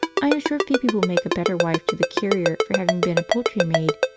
i am sure phoebe will make a better wife to the carrier for having been a poultry-maid,